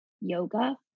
yoga